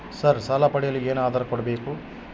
Sir ಸಾಲ ಪಡೆಯಲು ಏನು ಆಧಾರ ಕೋಡಬೇಕು?